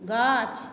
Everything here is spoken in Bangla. গাছ